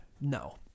no